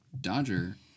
Dodger